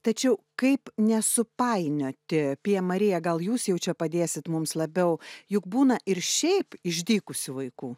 tačiau kaip nesupainioti pija mariją gal jūs jau čia padėsit mums labiau juk būna ir šiaip išdykusių vaikų